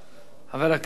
חבר הכנסת